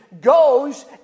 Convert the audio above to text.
goes